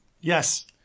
Yes